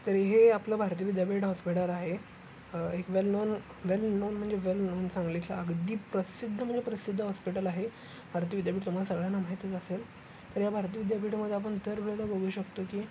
तर हे आपलं भारती विद्यापीठ हॉस्पिटल आहे एक वेल नोन वेल नोन म्हणजे वेल नोन चांगलेचं अगदी प्रसिद्ध म्हणजे प्रसिद्ध हॉस्पिटल आहे भारती विद्यापीठ तुम्हाला सगळ्यांना माहितीच असेल तर या भारती विद्यापीठामध्ये आपण दर वेळेला बघू शकतो की